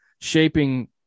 shaping